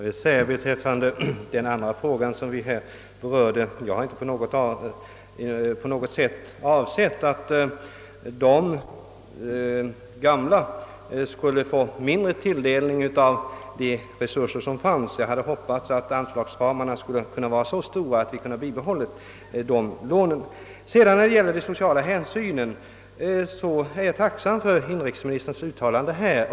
Herr talman! Beträffande den andra fråga, som vi här har berört, har det inte på något sätt varit min avsikt att de gamla skulle få mindre tilldelning av de resurser som finns. Jag hade hoppats att anslagsramarna skulle vara så vida, att vi hade kunnat bibehålla dessa lån. När det gäller de sociala hänsynen är jag tacksam för inrikesministerns uttalande.